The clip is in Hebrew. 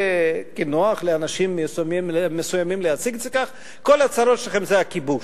כי נוח לאנשים מסוימים להציג את זה כך: כל הצרות שלכם זה הכיבוש.